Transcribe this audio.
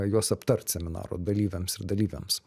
juos aptart seminaro dalyviams ir dalyvėms